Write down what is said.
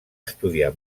estudiar